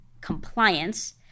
compliance